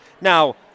Now